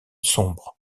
sombre